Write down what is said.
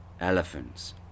elephants